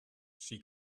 she